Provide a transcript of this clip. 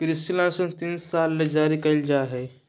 कृषि लाइसेंस तीन साल ले जारी कइल जा हइ